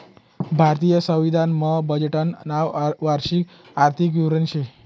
भारतीय संविधान मा बजेटनं नाव वार्षिक आर्थिक विवरण शे